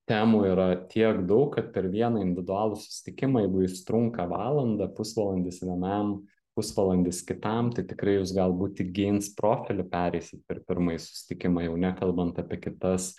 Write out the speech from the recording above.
temų yra tiek daug kad per vieną individualų susitikimą jeigu jis trunka valandą pusvalandis vienam pusvalandis kitam tai tikrai jūs galbūt tik geins profilį pereisit per pirmąjį susitikimą jau nekalbant apie kitas